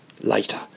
later